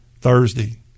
Thursday